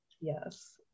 Yes